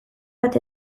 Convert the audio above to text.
bat